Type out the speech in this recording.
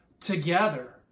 together